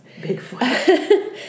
Bigfoot